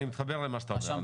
אני מתחבר למה שאתה אומר,